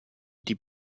die